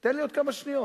תן לי עוד כמה שניות.